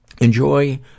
Enjoy